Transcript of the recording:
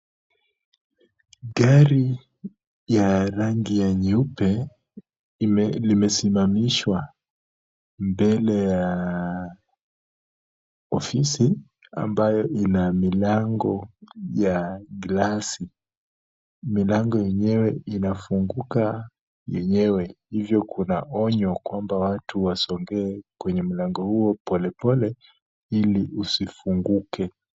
Gari ya rangi ya nyeupe limesimamishwa mbele ya ofisi ambayo ina milango ya glasi. Milango yenyewe inafunguka yenyewe hivyo kuna onyo kwamba watu wasongee kwenye mlango huo polepole ili usifunguke.